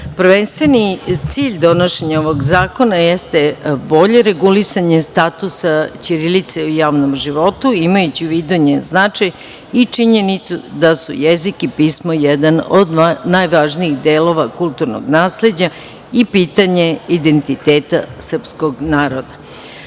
pisma. Prvenstveni cilj donošenja ovog zakona jeste bolje regulisanje statusa ćirilice u javnom životu, imajući u vidu njen značaj i činjenicu da su jezik i pismo jedan od najvažnijih delova kulturnog nasleđa i pitanje identiteta srpskog naroda.S